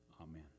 amen